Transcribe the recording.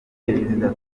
perezida